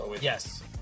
Yes